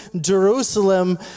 jerusalem